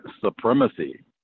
supremacy